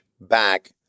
back